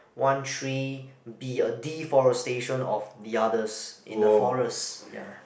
one tree be a deforestation of the others in the forest ya